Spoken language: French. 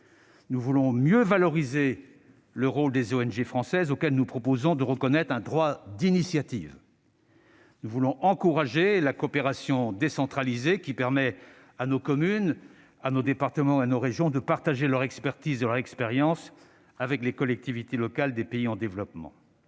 Nous voulons mieux valoriser le rôle des ONG françaises, auxquelles nous proposons de reconnaître un droit d'initiative. Nous voulons encourager la coopération décentralisée, qui permet à nos communes, à nos départements et à nos régions de partager leur expertise et leur expérience avec les collectivités locales des pays en développement.